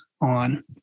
on